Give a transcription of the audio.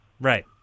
Right